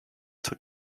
two